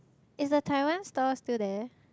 is the Taiwan store still there